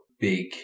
big